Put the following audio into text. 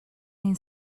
این